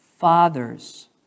Fathers